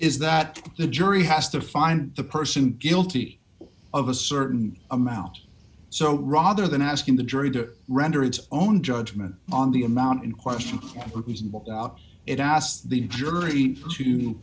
is that the jury has to find the person guilty of a certain amount so rather than asking the jury to render its own judgement on the amount in question reasonable doubt it asked the jury to